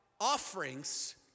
offerings